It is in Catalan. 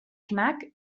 fnac